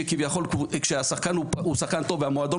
שכביכול כשהשחקן הוא שחקן טוב והמועדון